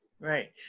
Right